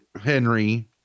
Henry